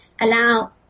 allow